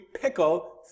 pickle